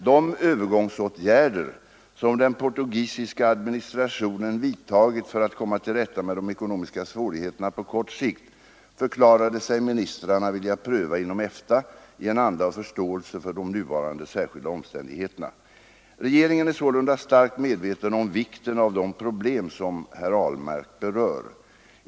De övergångsåtgärder, som den portugisiska administrationen vidtagit för att komma till rätta med de ekonomiska svårigheterna på kort sikt, förklarade sig ministrarna vilja pröva inom EFTA i en anda av förståelse för de nuvarande särskilda omständigheterna. Regeringen är sålunda starkt medveten om vikten av de problem som herr Ahlmark berör.